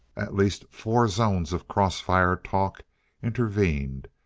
at least four zones of cross-fire talk intervened,